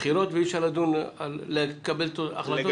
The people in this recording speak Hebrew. בחירות ואי אפשר לקבל החלטה?